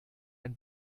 ein